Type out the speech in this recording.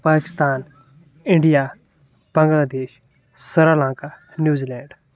Pakistan India Bangladesh Sri Lanka New Zealand